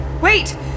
Wait